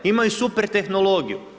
Imaju super tehnologiju.